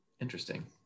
Interesting